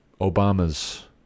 Obama's